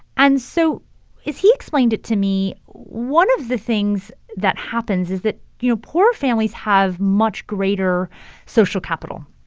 and so as he explained it to me, one of the things that happens is that, you know, poor families have much greater social capital,